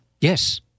Yes